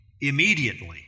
immediately